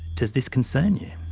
does this concern you?